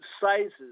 sizes